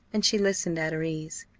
and she listened at her ease.